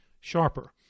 sharper